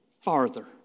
farther